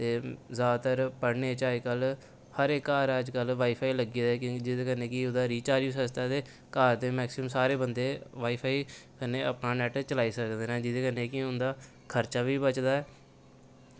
ते जैदातर पढ़ने च अजकल हर इक घर अजकल्ल वाई फाई लग्गे दा ऐ क्योंकि जेह्दे कन्नै कि ओह्दा रीचार्ज बी सस्ता ऐ ते घर दे मैक्सीमम सारे बंदे वाई फाई कन्नै अपना नैट्ट चलाई सकदे न जेह्दे कन्नै कि उं'दा खर्चा बी बचदा ऐ